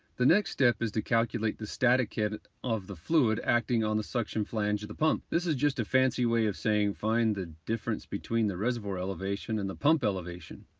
the next step is to calculate the static head of the fluid acting on the suction flange of the pump. this is just a fancy way of saying find the difference between the reservoir elevation and the pump elevation,